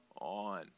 on